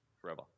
forever